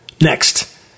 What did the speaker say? Next